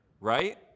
right